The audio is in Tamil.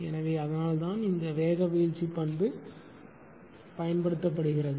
எனவே அதனால்தான் இந்த வேக வீழ்ச்சி பண்பு பயன்படுத்தப்படுகிறது